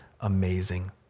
amazing